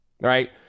right